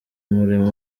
murimo